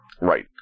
Right